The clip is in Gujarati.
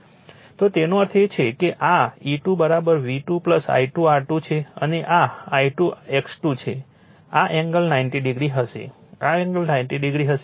તો તેનો અર્થ એ છે કે આ E2 V2 I2 R2 છે અને આ I2 X2 છે આ એંગલ 90 ડિગ્રી હશે આ એંગલ 90 ડિગ્રી હશે